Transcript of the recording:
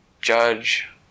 judge